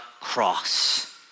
cross